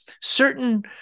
certain